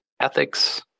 ethics